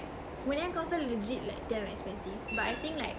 malayan council legit like damn expensive but I think like